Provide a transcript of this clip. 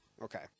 Okay